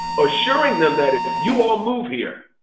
assuring them that if you all move here,